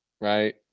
right